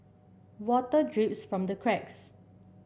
water drips from the cracks